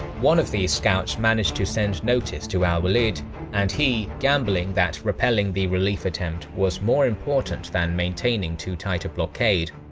one of these scouts managed to send notice to al-walid and he, gambling that repelling the relief attempt was more important than maintaining too tight a blockade,